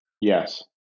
Yes